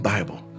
Bible